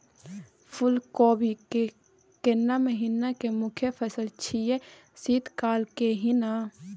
फुल कोबी केना महिना के मुखय फसल छियै शीत काल के ही न?